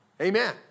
Amen